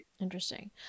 Interesting